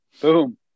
Boom